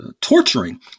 torturing